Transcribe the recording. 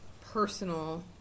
personal